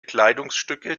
kleidungsstücke